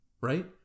Right